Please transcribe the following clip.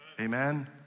Amen